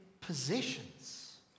possessions